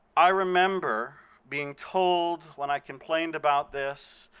i remember being told, when i complained about this,